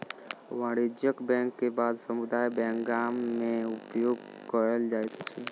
वाणिज्यक बैंक के बाद समुदाय बैंक गाम में उपयोग कयल जाइत अछि